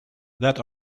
that